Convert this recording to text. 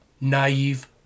naive